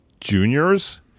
juniors